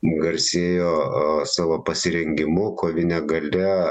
garsėjo savo pasirengimu kovine galia